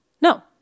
No